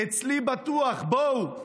אצלי בטוח, בואו.